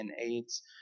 AIDS